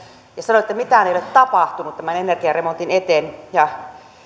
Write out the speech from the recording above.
ja sanoi että mitään ei ole tapahtunut tämän energiaremontin eteen